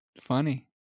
funny